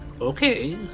okay